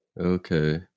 Okay